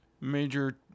major